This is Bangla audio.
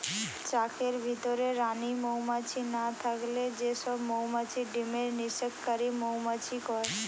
চাকের ভিতরে রানী মউমাছি না থাকলে যে সব মউমাছি ডিমের নিষেক কারি মউমাছি কয়